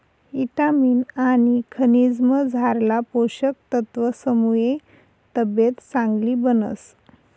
ईटामिन आनी खनिजमझारला पोषक तत्वसमुये तब्येत चांगली बनस